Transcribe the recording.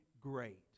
great